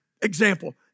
Example